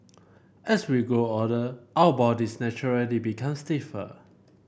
as we grow older our bodies naturally become stiffer